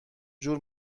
جور